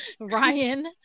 Ryan